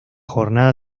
jornada